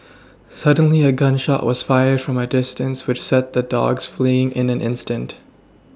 suddenly a gun shot was fired from a distance which sent the dogs fleeing in an instant